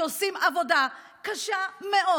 שעושים עבודה קשה מאוד,